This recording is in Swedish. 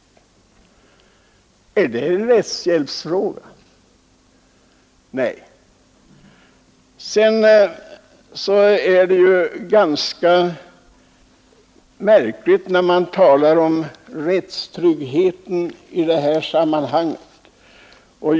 Är det en rättshjälpsfråga? Nej! Sedan är det ju ganska märkligt att man talar om rättstryggheten i detta sammanhang.